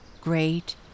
great